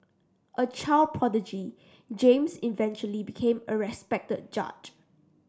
a child prodigy James eventually became a respected judge